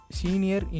senior